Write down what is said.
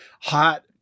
hot